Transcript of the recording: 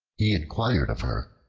he inquired of her,